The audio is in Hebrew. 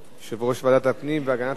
יושב-ראש ועדת הפנים והגנת הסביבה.